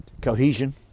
cohesion